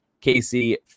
Casey